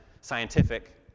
scientific